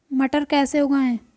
मटर कैसे उगाएं?